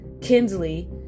Kinsley